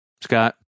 scott